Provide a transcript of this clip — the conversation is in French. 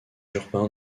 urbains